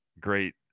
great